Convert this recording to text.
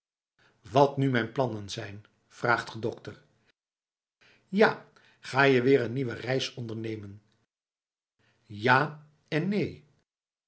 wat nu mijn plannen zijn vraagt ge dokter ja ga je weer een nieuwe reis ondernemen ja en neen